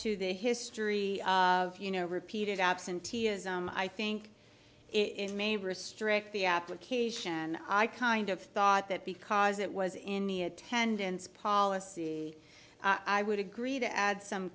to the history of you know repeated absenteeism i think it may restrict the application and i kind of thought that because it was in the attendance policy i would agree to add some